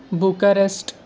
Bucharest